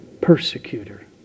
persecutor